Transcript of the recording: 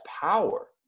power